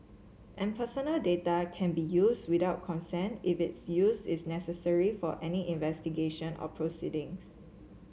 and personal data can be used without consent if its use is necessary for any investigation or proceedings